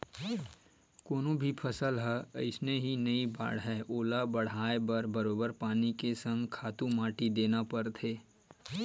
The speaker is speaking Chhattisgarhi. कोनो भी फसल ह अइसने ही नइ बाड़हय ओला बड़हाय बर बरोबर पानी के संग खातू माटी देना परथे